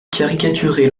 caricaturez